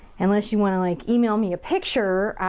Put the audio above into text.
unless you want to like email me a picture, ah,